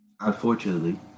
Unfortunately